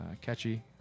Catchy